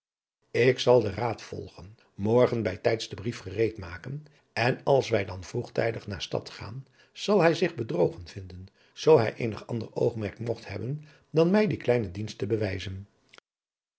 ik zal den raad volgen morgen bij tijds den brief gereed maken en als wij dan vroegtijdig naar stad gaan zal hij zich bedrogen vinden zoo hij eenig ander oogmerk mogt hebben dan mij dien kleinen dienst te bewijzen